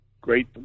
great